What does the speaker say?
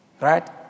Right